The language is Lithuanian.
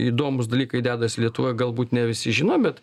įdomūs dalykai dedasi lietuvoj galbūt ne visi žino bet